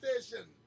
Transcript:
station